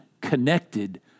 connected